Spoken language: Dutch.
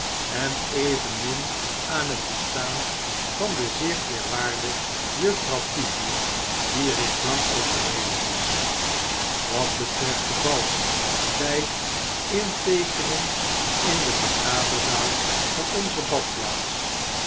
en evenmin aan het bestaan van de zeer eerwaarde juffrouw peepy die reeds lang overleden was wat betreft de bais by inteekening in de vergaderzaap van onze badplaats